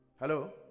Hello